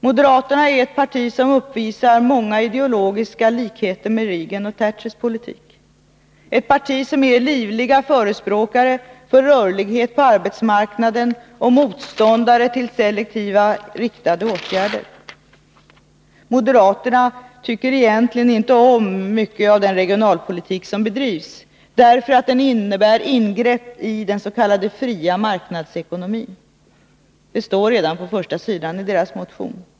Moderaterna är ett parti som uppvisar många ideologiska likheter med Reagans och Thatchers politik. Det är ett parti som är livliga förespråkare för rörlighet på arbetsmarknaden och motståndare till selektiva, riktade åtgärder. Moderaterna tycker egentligen inte om mycket av den regionalpolitik som bedrivs, därför att den innebär ingrepp i den s.k. fria marknadsekonomin. Det står redan på första sidan i deras motion.